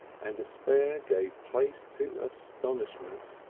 and despair gave place to astonishment.